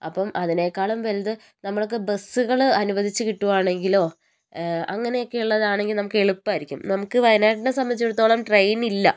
അപ്പം അതിനേക്കാളും വലുത് നമുക്ക് ബസ്സുകൾ അനുവദിച്ച് കിട്ടുവാണെങ്കിലോ അങ്ങനെയൊക്കെ ഉള്ളതാണെങ്കിൽ നമുക്ക് എളുപ്പമായിരിക്കും നമുക്ക് വയനാട്ടിനെ സംബന്ധിച്ചിടത്തോളം ട്രെയിനില്ല